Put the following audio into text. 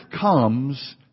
comes